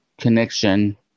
connection